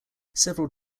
several